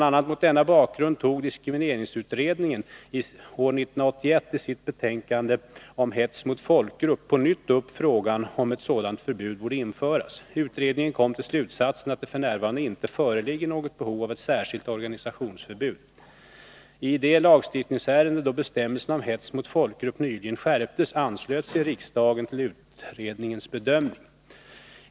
a. mot denna bakgrund tog diskrimineringsutredningen år 1981: sitt betänkande Om hets mot folkgrupp på nytt upp frågan om ett sådant förbud borde införas. Utredningen kom till slutsatsen att det f. n. inte föreligger något behov av ett särskilt organisationsförbud. I det lagstiftningsärende då bestämmelserna om hets mot folkgrupp nyligen skärptes anslöt sig riksdagen till utredningens bedömning .